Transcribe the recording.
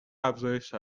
افزایش